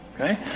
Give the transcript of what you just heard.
okay